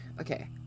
Okay